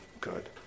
good